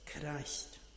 Christ